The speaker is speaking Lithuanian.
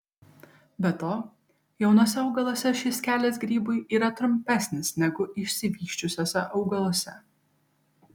be to jaunuose augaluose šis kelias grybui yra trumpesnis negu išsivysčiusiuose augaluose